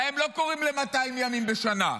להם לא קוראים ל-200 ימים בשנה.